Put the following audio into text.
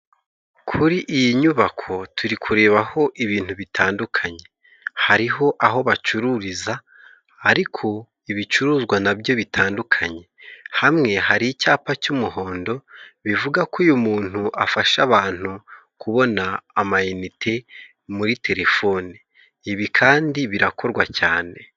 Kuri iyi nyubako turi kurebaho ibintu bitandukanye, hariho aho bacururiza ariko ibicuruzwa nabyo bitandukanye, hamwe hari icyapa cy'umuhondo bivuga ko uyu muntu afasha abantu kubona amayinite muri Telefoni, ibi kandi birakorwa cyane.